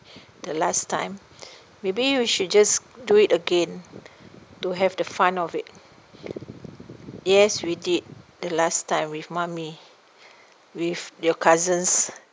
the last time maybe we should just do it again to have the fun of it yes we did the last time with mummy with your cousins